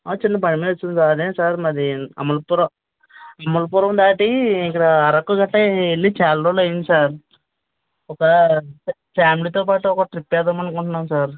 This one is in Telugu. చిన్న పని వచ్చాను సార్ సార్ మాది అమలాపురం అమలాపురం దాటి ఇక్కడ అరకు గట్ట ఎళ్ళి చాలా రోజులు అయ్యింది సార్ ఒక ఫ్యామిలీతో పాటు ఒక ట్రిప్ వేద్దామనుకుంటున్నాము సార్